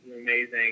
amazing